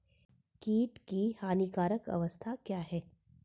कीट की हानिकारक अवस्था क्या है?